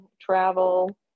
travel